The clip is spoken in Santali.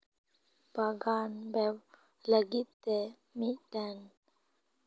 ᱵᱟᱜᱟᱱ ᱵᱮᱜᱽ ᱞᱟᱹᱜᱤᱫ ᱛᱮ ᱢᱤᱫᱴᱮᱱ